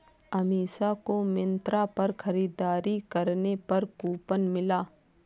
अमीषा को मिंत्रा पर खरीदारी करने पर कूपन मिला